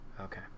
Okay